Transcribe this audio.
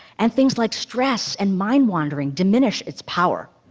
and things like stress and mind-wandering diminish its power.